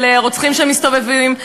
של רוצחים שמסתובבים,